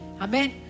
Amen